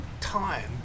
time